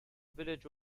village